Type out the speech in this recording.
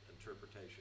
interpretation